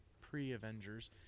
pre-Avengers